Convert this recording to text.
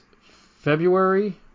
February